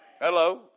Hello